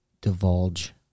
divulge